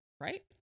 Right